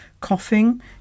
coughing